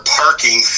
parking